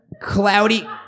Cloudy